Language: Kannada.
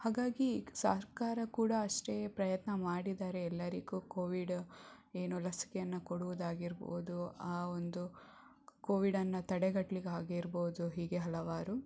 ಹಾಗಾಗಿ ಸರ್ಕಾರ ಕೂಡ ಅಷ್ಟೇ ಪ್ರಯತ್ನ ಮಾಡಿದ್ದಾರೆ ಎಲ್ಲರಿಗೂ ಕೋವಿಡ ಏನು ಲಸಿಕೆಯನ್ನು ಕೊಡುವುದಾಗಿರ್ಬೌದು ಆ ಒಂದು ಕೋವಿಡನ್ನು ತಡೆಗಟ್ಲಿಕ್ಕೆ ಆಗಿರ್ಬೌದು ಹೀಗೆ ಹಲವಾರು